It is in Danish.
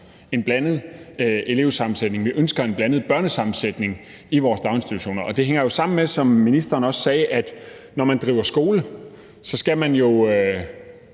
en blandet elevsammensætning, og at vi ønsker en blandet sammensætning i vores daginstitutioner. Det hænger jo sammen med, som ministeren også sagde, at når man driver skole, skal man